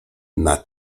nad